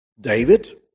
David